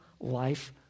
life